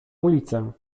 ulicę